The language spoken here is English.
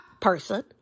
person